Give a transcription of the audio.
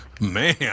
Man